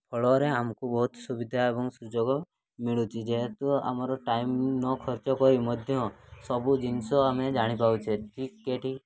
ଫଳରେ ଆମକୁ ବହୁତ ସୁବିଧା ଏବଂ ସୁଯୋଗ ମିଳୁଛି ଯେହେତୁ ଆମର ଟାଇମ୍ ନ ଖର୍ଚ୍ଚ କରି ମଧ୍ୟ ସବୁ ଜିନିଷ ଆମେ ଜାଣିପାରୁଛେ ଠିକ୍ କେଉଁଠି